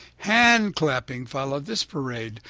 hand-clapping followed this parade.